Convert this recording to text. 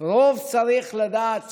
רוב צריך לדעת